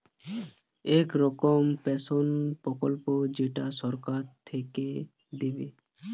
এক রকমের পেনসন প্রকল্প যেইটা সরকার থিকে দিবে